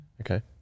Okay